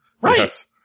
Right